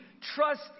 trust